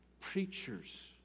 Preachers